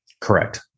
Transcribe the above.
Correct